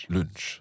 Lunch